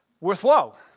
worthwhile